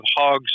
hogs